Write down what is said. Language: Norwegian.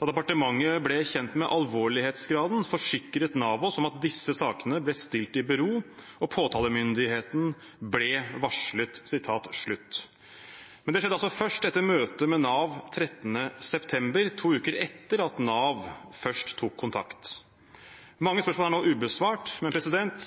departementet ble kjent med alvorlighetsgraden, forsikret Nav oss om at disse sakene ble stilt i bero, og påtalemyndigheten ble varslet». Men det skjedde altså først etter møtet med Nav 13. september, to uker etter at Nav først tok kontakt. Mange spørsmål er ubesvart, men